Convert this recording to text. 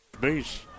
base